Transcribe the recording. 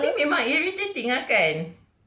tapi memang irritating ah kan